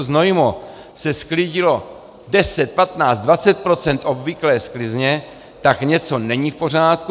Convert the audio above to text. Znojmo se sklidilo 10, 15, 20 % obvyklé sklizně, tak něco není v pořádku.